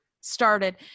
started